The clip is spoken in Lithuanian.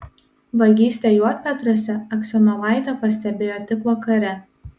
vagystę juodpetriuose aksionovaitė pastebėjo tik vakare